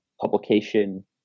publication